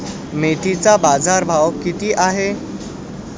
मेथीचा बाजारभाव किती आहे?